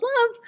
love